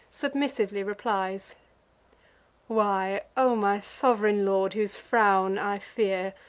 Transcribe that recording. submissively replies why, o my sov'reign lord, whose frown i fear,